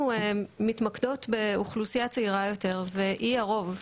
אנחנו מתמקדות באוכלוסייה צעירה יותר והיא הרוב,